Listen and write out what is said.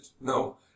no